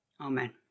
Amen